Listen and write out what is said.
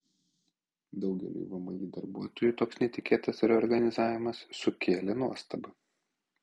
daugeliui vmi darbuotojų toks netikėtas reorganizavimas sukėlė nuostabą